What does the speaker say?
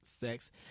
sex